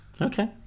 Okay